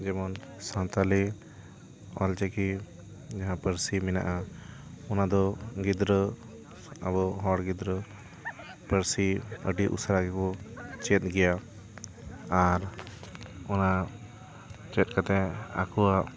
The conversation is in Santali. ᱡᱮᱢᱚᱱ ᱥᱟᱱᱛᱟᱲᱤ ᱚᱞ ᱪᱤᱠᱤ ᱡᱟᱦᱟᱸ ᱯᱟᱹᱨᱥᱤ ᱢᱮᱱᱟᱜᱼᱟ ᱚᱱᱟ ᱫᱚ ᱜᱤᱫᱽᱨᱟᱹ ᱟᱵᱚ ᱦᱚᱲ ᱜᱤᱫᱽᱨᱟᱹ ᱯᱟᱹᱨᱥᱤ ᱟᱹᱰᱤ ᱩᱥᱟᱹᱨᱟ ᱜᱮᱠᱚ ᱪᱮᱫ ᱜᱮᱭᱟ ᱟᱨ ᱚᱱᱟ ᱪᱮᱫ ᱠᱟᱛᱮ ᱟᱠᱚᱣᱟᱜ